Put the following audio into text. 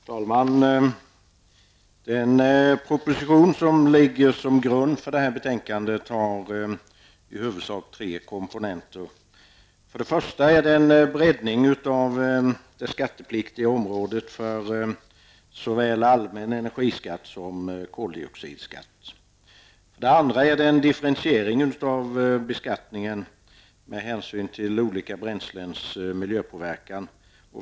Herr talman! Den proposition som ligger till grund för detta betänkande innehåller i huvudsak tre komponenter. Det gäller för det första en breddning av det skattepliktiga området för såväl allmän energiskatt som koldioxidskatt. För det andra är det fråga om en differentiering av beskattningen med hänsyn till olika bränslens miljöpåverkan.